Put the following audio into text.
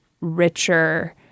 richer